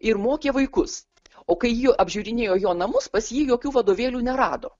ir mokė vaikus o kai ji apžiūrinėjo jo namus pas jį jokių vadovėlių nerado